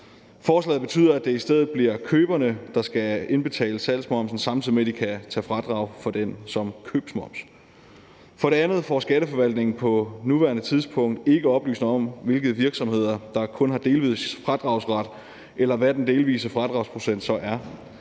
Forslaget betyder, at det i stedet bliver køberne, der skal indbetale salgsmomsen, samtidig med at de kan tage fradrag for den som købsmoms. For det andet får Skatteforvaltningen på nuværende tidspunkt ikke oplysninger om, hvilke virksomheder der kun har delvis fradragsret, eller hvad den delvise fradragsprocent så er.